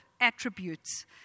attributes